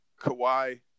Kawhi